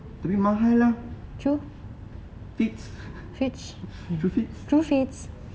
tapi mahal lah fits true fits